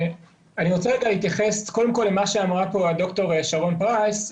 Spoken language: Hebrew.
אני רוצה קודם כול להתייחס למה שאמרה פה הד"ר שרון פרייס,